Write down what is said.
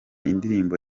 indirimbo